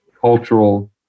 cultural